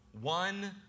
one